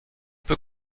peu